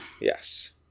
yes